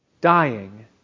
dying